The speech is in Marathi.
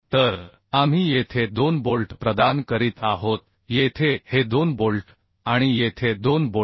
तर आम्ही येथे 2 बोल्ट प्रदान करीत आहोत येथे हे 2 बोल्ट आणि येथे 2 बोल्ट